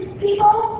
people